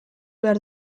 behar